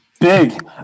Big